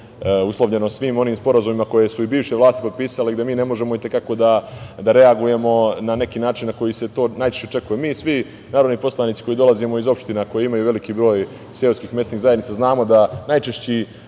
uslovljeno svim onim sporazumima koje su i bivše vlasti potpisale, gde mi ne možemo i te kako reagujemo na neki način na koji se to najčešće očekuje. Mi svi narodni poslanici koji dolazimo iz opština koje imaju veliki broj seoskih mesnih zajednica znamo da najčešća